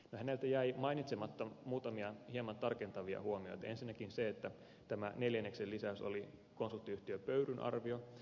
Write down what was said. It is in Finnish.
häneltä jäi mainitsematta muutamia hieman tarkentavia huomioita ensinnäkin se että tämä neljänneksen lisäys oli konsulttiyhtiö pöyryn arvio